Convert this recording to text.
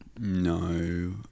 No